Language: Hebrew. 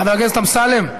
חבר הכנסת אמסלם.